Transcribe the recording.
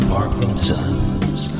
Parkinson's